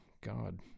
God